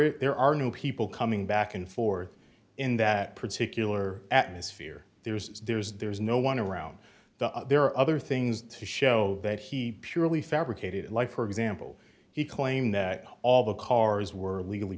is there are new people coming back and forth in that particular atmosphere there's there's there's no one around the there are other things to show that he purely fabricated like for example he claimed that all the cars were legally